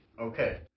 Okay